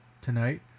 tonight